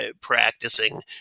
practicing